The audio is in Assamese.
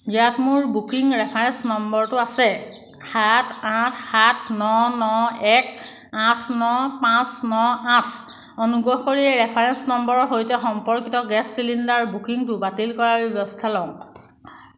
ইয়াত মোৰ বুকিং ৰেফাৰেঞ্চ নম্বৰটো আছে সাত আঠ সাত ন ন এক আঠ ন পাঁচ ন আঠ অনুগ্ৰহ কৰি এই ৰেফাৰেঞ্চ নম্বৰৰ সৈতে সম্পৰ্কিত গেছ চিলিণ্ডাৰ বুকিংটো বাতিল কৰাৰ বাবে ব্যৱস্থা লওক